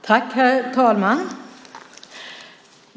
Herr talman!